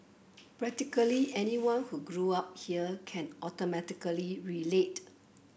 practically anyone who grew up here can automatically relate